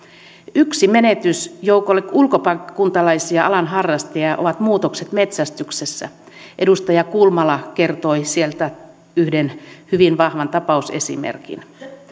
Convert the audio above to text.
yksi menetys joukolle ulkopaikkakuntalaisia alan harrastajia ovat muutokset metsästyksessä edustaja kulmala kertoi siitä yhden hyvin vahvan tapausesimerkin